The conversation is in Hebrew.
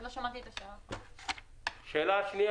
שתיים,